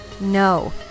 No